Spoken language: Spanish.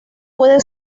puede